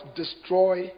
destroy